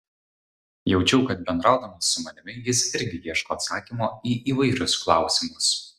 jaučiau kad bendraudamas su manimi jis irgi ieško atsakymo į įvairius klausimus